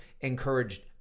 encouraged